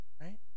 Right